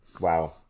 Wow